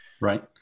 Right